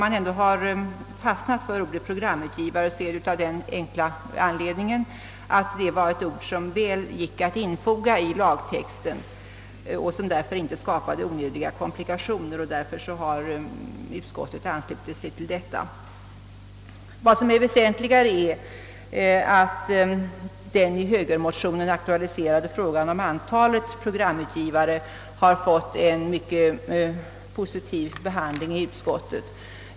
Man har stannat för ordet programutgivare av den enkla anledningen att det var ett ord som väl kunde infogas i lagtexten och som därigenom inte skapade onödiga komplikationer. Därför har också utskottet anslutit sig till detta förslag. Väsentligare är att den i högermotionen aktualiserade frågan om antalet programutgivare har fått en mycket po sitiv behandling av utskottet.